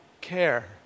care